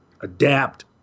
adapt